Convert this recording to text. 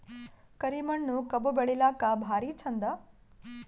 ಕರಿ ಮಣ್ಣು ಕಬ್ಬು ಬೆಳಿಲ್ಲಾಕ ಭಾರಿ ಚಂದ?